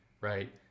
right